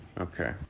okay